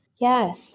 Yes